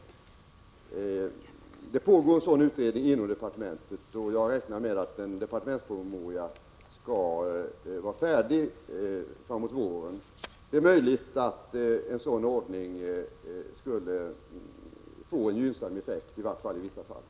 Det pågår en sådan utredning inom departementet, och jag räknar med att en departementspromemoria skall vara färdig framåt våren. Det är möjligt att en sådan ordning skulle få en gynnsam effekt — åtminstone i vissa fall.